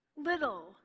little